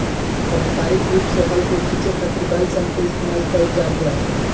पारम्परिक रूप से हल के खीचे खातिर बैल सन के इस्तेमाल कईल जाट रहे